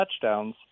touchdowns